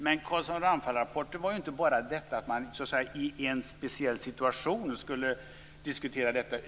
Men Carlsson-Ramphalrapporten gick inte bara ut på att man i en speciell situation skulle diskutera detta.